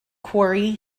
quarry